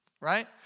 Right